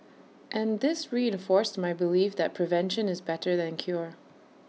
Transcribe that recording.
and this reinforced my belief that prevention is better than cure